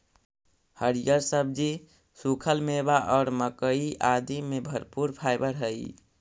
हरिअर सब्जि, सूखल मेवा और मक्कइ आदि में भरपूर फाइवर हई